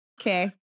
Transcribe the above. Okay